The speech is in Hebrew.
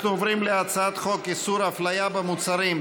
אנחנו עוברים להצעת חוק איסור הפליה במוצרים,